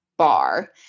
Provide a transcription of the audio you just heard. bar